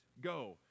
Go